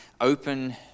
open